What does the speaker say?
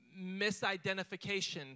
misidentification